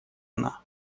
она